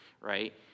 Right